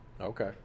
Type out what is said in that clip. okay